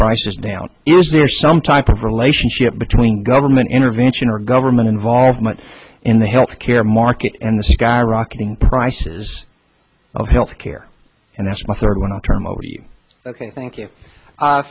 prices down is there some type of relationship between government intervention or government involvement in the health care market and the sky rocketing prices of health care and that's my third one i'll turn it over to you ok thank you